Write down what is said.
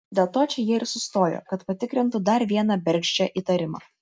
dėl to čia jie ir sustojo kad patikrintų dar vieną bergždžią įtarimą